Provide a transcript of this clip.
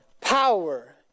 power